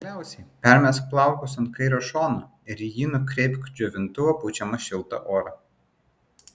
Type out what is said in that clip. galiausiai permesk plaukus ant kairio šono ir į jį nukreipk džiovintuvo pučiamą šiltą orą